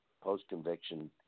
post-conviction